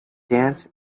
dance